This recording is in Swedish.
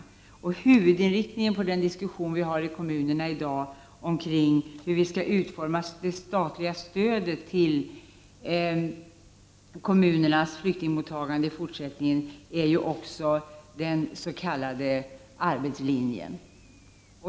Och huvudinriktningen i kommunernas diskussioner kring utformningen av det statliga stödet till kommunernas flyktingmottagande i fortsättningen är ju den s.k. arbetslinjen.